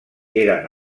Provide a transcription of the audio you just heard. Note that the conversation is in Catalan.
eren